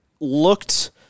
looked